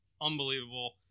unbelievable